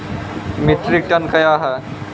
Metric ton कया हैं?